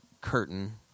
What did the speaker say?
curtain